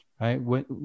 Right